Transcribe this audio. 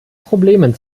problemen